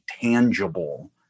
tangible